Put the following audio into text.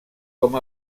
com